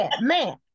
man